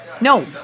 No